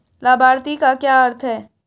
लाभार्थी का क्या अर्थ है?